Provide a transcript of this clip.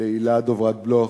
להילה דברת-בלוך,